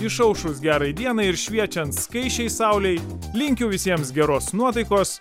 išaušus gerai dienai ir šviečiant skaisčiai saulei linkiu visiems geros nuotaikos